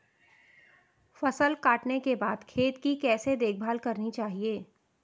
फसल काटने के बाद खेत की कैसे देखभाल करनी चाहिए?